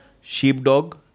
sheepdog